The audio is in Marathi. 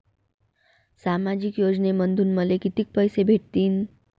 सामाजिक योजनेमंधून मले कितीक पैसे भेटतीनं?